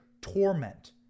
torment